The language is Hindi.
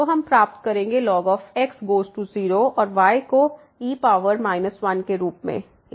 तो हम प्राप्त करेंगे ln x गोज़ टू 0 और y को e 1 के रूप में